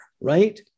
right